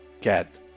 get